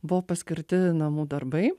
buvo paskirti namų darbai